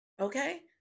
okay